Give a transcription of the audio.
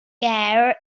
ger